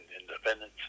independence